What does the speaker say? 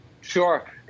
Sure